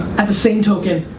at the same token,